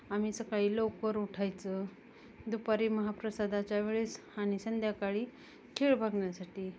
आम्ही सकाळी लवकर उठायचं दुपारी महाप्रसादाच्या वेळेस आणि संध्याकाळी खेळ बघण्यासाठी